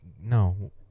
No